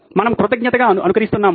మనము కృతజ్ఞతగా అనుకరిస్తున్నాము